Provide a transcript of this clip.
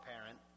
parent